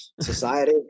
society